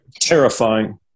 Terrifying